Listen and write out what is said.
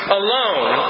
alone